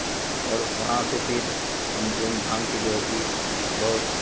और वहाँ से फिर हम घूम घाम करजो है कि बहुत